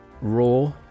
Raw